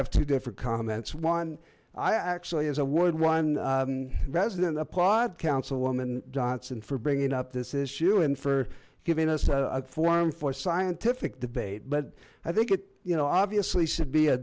have two different comments one i actually is a would one resident applaud councilwoman johnson for bringing up this issue and for giving us a forum for scientific debate but i think it you know obviously should be a